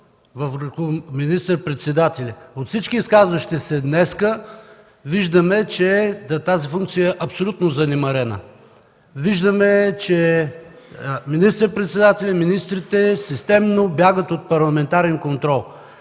върху министър-председателя. От всички изказващи се днес виждаме, че тази функция е абсолютно занемарена. Виждаме, че министър-председателят и министрите системно бягат от парламентарен контрол.